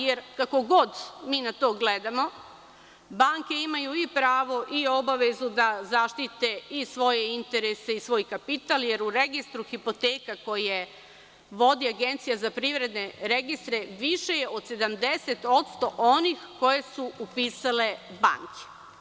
Jer, kako god mi na to gledamo, banke imaju i pravo i obavezu da zaštite i svoje interese i svoj kapital, jer je u registru hipoteka koje vodi Agencija za privredne registre više od 70% onih koje su upisale banke.